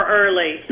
early